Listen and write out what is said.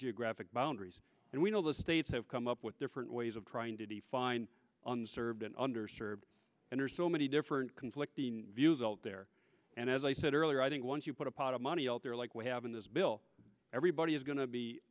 geographic boundaries and we know the states have come up with different ways of trying to define serve and under served and are so many different conflicting views out there and as i said earlier i think once you put a pot of money out there like we have in this bill everybody is go